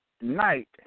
night